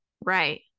right